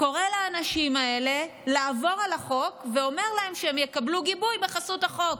קורא לאנשים האלה לעבור על החוק ואומר להם שהם יקבלו גיבוי בחסות החוק.